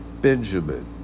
Benjamin